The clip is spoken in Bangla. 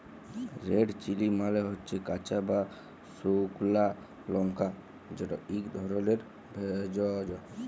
রেড চিলি মালে হচ্যে কাঁচা বা সুকনা লংকা যেট ইক ধরলের ভেষজ